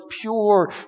pure